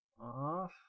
Off